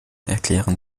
erklären